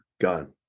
Gone